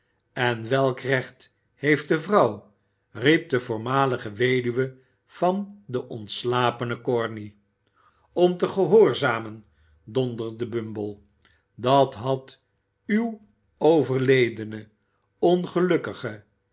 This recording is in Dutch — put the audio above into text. en welk recht heeft de vrouw riep de voormalige weduwe van den ontslapenen corney om te gehoorzamen donderde bumble dat had uw overledene ongelukkige